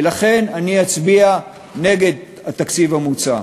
ולכן, אני אצביע נגד התקציב המוצע.